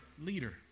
leader